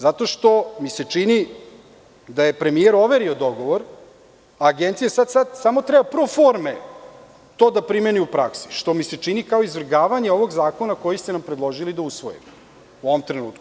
Zato što mi se čini da je premijer overio dogovor, a Agencija sad samo treba pro forme to da primeni u praksi, što mi se čini kao izvrgavanje ovog zakona koji ste nam predložili da usvojimo u ovom trenutku.